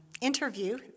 interview